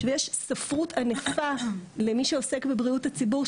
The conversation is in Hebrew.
עכשיו יש ספרות ענפה למי שעוסק בבריאות הציבור,